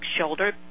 shoulder